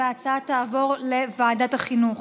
ההצעה תעבור לוועדת החינוך.